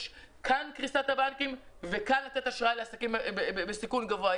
יש כאן קריסת הבנקים וכאן לתת אשראי לעסקים בסיכון גבוה,